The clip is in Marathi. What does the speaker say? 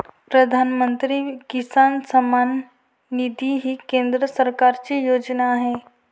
प्रधानमंत्री किसान सन्मान निधी ही केंद्र सरकारची योजना आहे